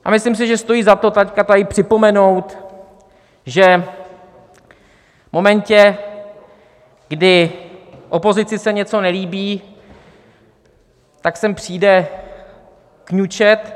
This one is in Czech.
A myslím si, že stojí za to teď tady připomenout, že v momentě, kdy opozici se něco nelíbí, tak sem přijde kňučet.